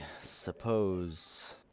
suppose